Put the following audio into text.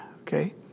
Okay